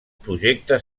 projecte